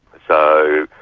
so